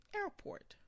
airport